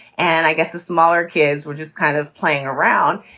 and i guess the smaller kids were just kind of playing around.